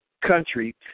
country